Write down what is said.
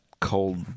cold